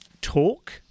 talk